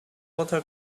water